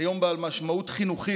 זה יום בעל משמעות חינוכית